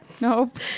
Nope